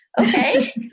okay